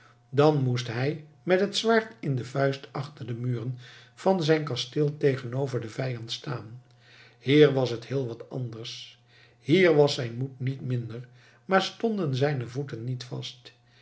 dan moest hij met het zwaard in de vuist achter de muren van zijn kasteel tegenover den vijand staan hier was het heel wat anders hier was zijn moed niet minder maar stonden zijne voeten niet vast